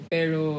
Pero